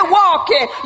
walking